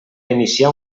iniciar